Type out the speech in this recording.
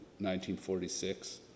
1946